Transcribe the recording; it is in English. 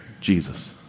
Jesus